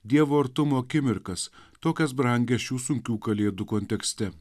dievo artumo akimirkas tokias brangias šių sunkių kalėdų kontekste